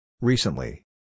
Recently